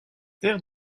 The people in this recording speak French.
terre